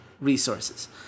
resources